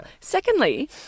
Secondly